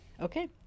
Okay